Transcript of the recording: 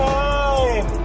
time